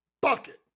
bucket